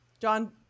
John